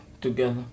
together